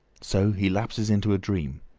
so he lapses into a dream,